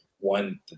One